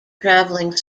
travelling